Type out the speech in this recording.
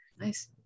Nice